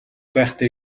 байхдаа